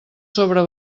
sobre